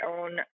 own